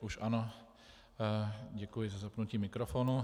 Už ano, děkuji za zapnutí mikrofonu.